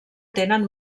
tenen